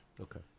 Okay